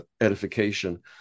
edification